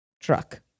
truck